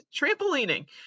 Trampolining